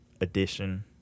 edition